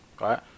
Right